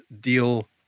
deal